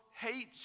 hates